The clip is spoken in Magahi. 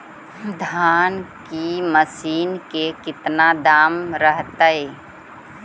धान की मशीन के कितना दाम रहतय?